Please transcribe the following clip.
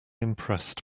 impressed